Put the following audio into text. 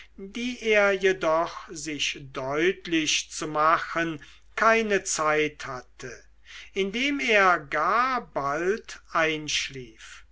die er jedoch sich deutlich zu machen keine zeit hatte indem er gar bald einschlief